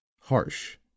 harsh